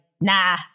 nah